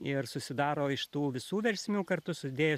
ir susidaro iš tų visų versmių kartu sudėjus